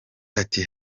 ati